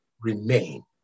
remain